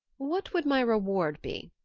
what would my reward be?